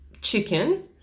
chicken